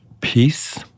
peace